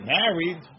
married